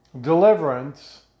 deliverance